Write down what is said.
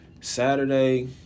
Saturday